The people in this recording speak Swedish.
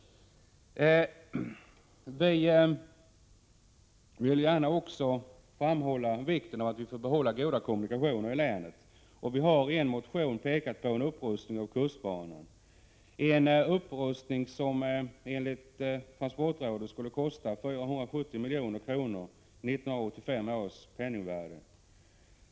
Vi vill gärna också framhålla vikten av att vi får behålla goda kommunikationer i länet. Vi har i en motion pekat på en upprustning av kustbanan, en upprustning som enligt transportrådet skulle kosta 470 milj.kr. i 1985 års penningvärde.